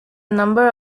number